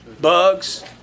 bugs